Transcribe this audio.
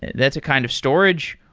that's a kind of storage.